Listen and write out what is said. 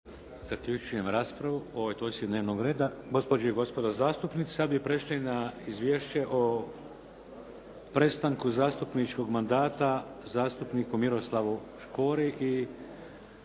**Šeks, Vladimir (HDZ)** Gospođe i gospodo zastupnici, sad bi prešli na Izvješće o prestanku zastupničkog mandata zastupniku Miroslavu Škori i